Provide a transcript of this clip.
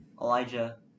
Elijah